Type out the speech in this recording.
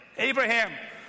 Abraham